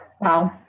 Wow